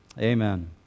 Amen